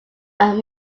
are